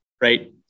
right